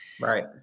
Right